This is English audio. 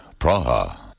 Praha